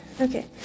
Okay